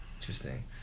Interesting